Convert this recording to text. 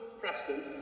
Preston